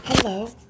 Hello